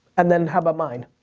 and then, how about mine?